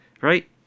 right